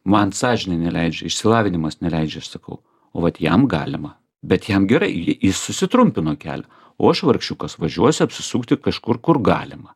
man sąžinė neleidžia išsilavinimas neleidžia aš sakau o vat jam galima bet jam gerai jis susitrumpino kelią o aš vargšiukas važiuosiu apsisukti kažkur kur galima